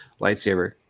lightsaber